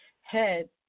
head